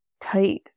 tight